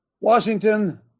Washington